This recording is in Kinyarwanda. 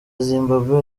zimbabwe